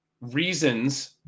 reasons